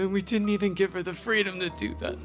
words we didn't even give her the freedom to do that